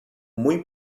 muy